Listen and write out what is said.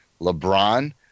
LeBron